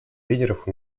лидеров